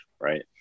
right